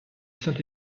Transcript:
saint